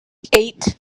eight